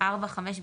4-5 בדיקות.